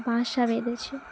বাসা বেঁধেছে